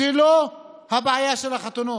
זו לא הבעיה של החתונות,